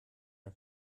ein